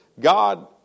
God